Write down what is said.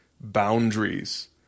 boundaries